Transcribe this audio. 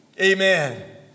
amen